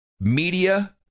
media